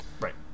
Right